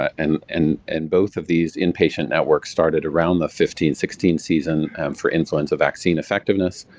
and and and both of these inpatient networks started around the fifteen sixteen season for influenza vaccine effectiveness,